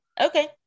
Okay